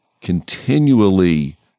continually